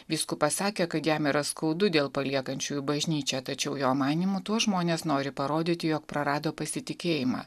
vyskupas sakė kad jam yra skaudu dėl paliekančiųjų bažnyčią tačiau jo manymu tuo žmonės nori parodyti jog prarado pasitikėjimą